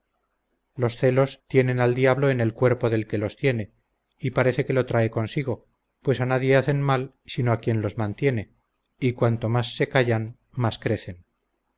los celos tienen al diablo en el cuerpo del que los tiene y parece que lo trae consigo pues a nadie hacen mal sino a quien los mantiene y cuanto más se callan más crecen